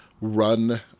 run